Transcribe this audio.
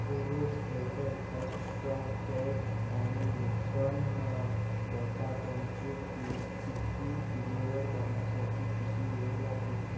Kores feather touch stop pad आणि McCain बटाट्यांची की टिक्की डिलिव्हर करण्यासाठी किती वेळ लागेल